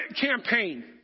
campaign